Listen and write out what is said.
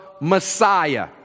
Messiah